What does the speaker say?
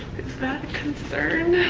is that a concern?